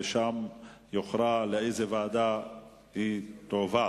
ושם יוכרע לאיזו ועדה היא תועבר.